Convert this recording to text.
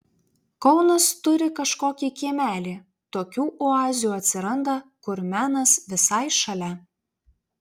kaunas turi kažkokį kiemelį tokių oazių atsiranda kur menas visai šalia